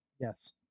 Yes